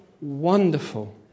wonderful